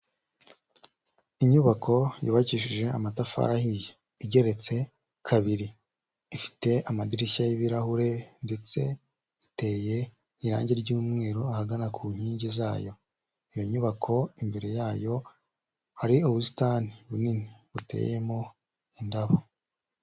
Inyubako yubakishije amatafari ahiye, igeretse kabiri, ifite amadirishya y'ibirahure, ndetse iteye irangi ry'umweru ahagana ku nkingi zayo, iyo nyubako imbere yayo hari ubusitani bunini buteyemo indabo.